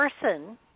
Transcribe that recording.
person –